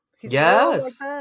Yes